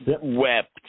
Wept